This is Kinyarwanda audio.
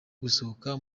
gusohoka